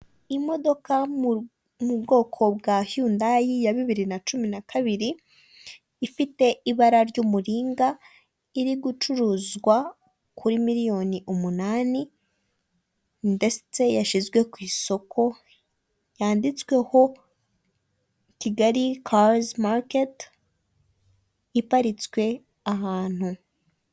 Icyapa kinini cyane kigaragaza ubwiza bwa Legasi hoteli kirangira abifuza serivisi zayo, imbere yacyo hari imikindo itatu umwe ukaba usa naho wihishe hagaragara amababi yawo, indi ibiri umwe urakuze undi uracyari muto.